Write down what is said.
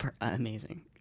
amazing